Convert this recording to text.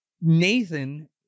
Nathan